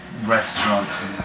Restaurants